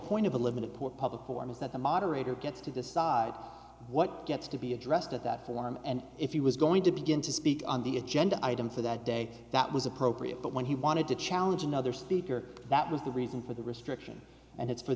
point of a live in a poor public forum is that the moderator gets to decide what gets to be addressed at that forum and if he was going to begin to speak on the agenda item for that day that was appropriate but when he wanted to challenge another speaker that was the reason for the restriction and it's for